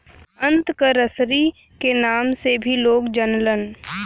आंत क रसरी क नाम से भी लोग जानलन